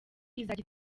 izajya